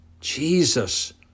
Jesus